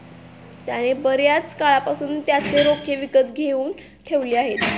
त्याने बर्याच काळापासून त्याचे रोखे विकत घेऊन ठेवले आहेत